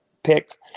Pick